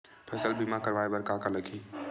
फसल बीमा करवाय बर का का लगही?